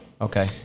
Okay